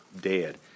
dead